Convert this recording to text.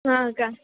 हां का